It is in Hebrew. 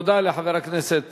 תודה לחבר הכנסת